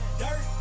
dirt